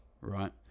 right